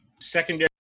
secondary